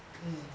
mm